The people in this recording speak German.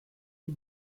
die